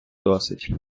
досить